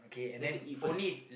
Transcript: then they eat first